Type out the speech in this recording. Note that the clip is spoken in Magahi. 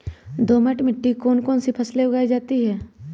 दोमट मिट्टी कौन कौन सी फसलें उगाई जाती है?